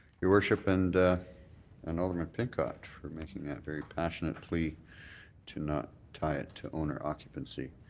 your worship, and and alderman pincott for making that very passionate plea to not tie it to owner occupancy.